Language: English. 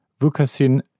Vukasin